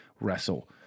wrestle